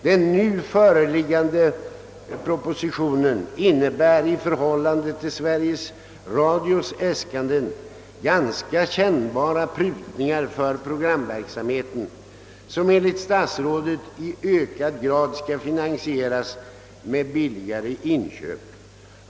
dios äskanden prutningar som kan bli ganska kännbara för programverksamheten, vilken enligt statsrådet i ökad grad skall finansieras genom billigare inköp.